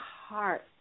heart